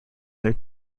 their